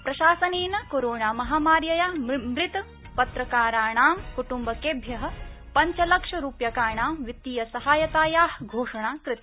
प्रशासनेन कोरोणा महामार्यया मृत पत्रकाराणां कुटुम्बकेभ्य पंचलक्षरुप्यकाणां वित्तीय सहायताया घोषणा कृता